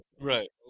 Right